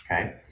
okay